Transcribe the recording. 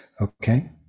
Okay